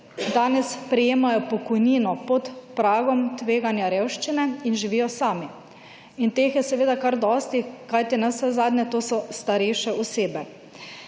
danes prejemajo pokojnino pod pragom tveganja revščine in živijo sami in teh je seveda kaj dosti, kajti navsezadnje to so starejše osebe.